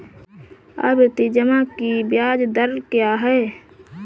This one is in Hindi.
आवर्ती जमा की ब्याज दर क्या है?